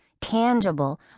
tangible